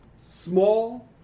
small